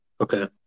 okay